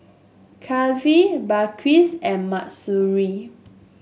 Kifli Balqis and Mahsuri